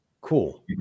Cool